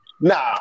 Nah